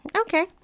Okay